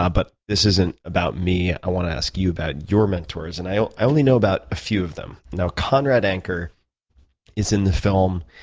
ah but this isn't about me. i want to ask you about your mentors, and i i only know about a few of them. conrad anchor is in the film.